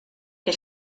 que